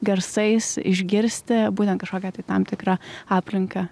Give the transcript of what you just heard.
garsais išgirsti būtent kažkokią tai tam tikrą aplinka